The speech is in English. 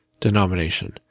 denomination